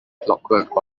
clockwork